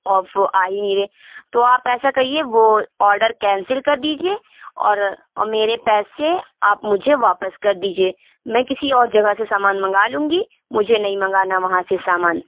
اور وہ آ ہی نہیں رہے تو آپ ایسا کریے وہ آرڈر کینسل کر دیجیے اور اور میرے پیسے آپ مجھے واپس کر دیجیے میں کسی اور جگہ سے سامان منگا لوں گی مجھے نہیں منگانا وہاں سے سامان